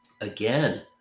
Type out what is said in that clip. Again